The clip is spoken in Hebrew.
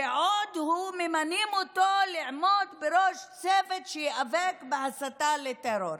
ועוד ממנים אותו לעמוד בראש צוות שייאבק בהסתה לטרור.